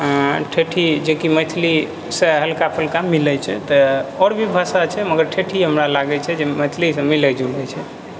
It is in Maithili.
ठेठी जेकी मैथिलीसँ हल्का फुल्का मिलै छै तऽ आओर भी भाषा छै मगर ठेठी हमरा लागै छै जे मैथिलीसँ मिलै जुलै छै